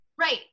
Right